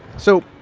so,